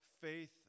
faith